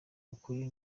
ukuri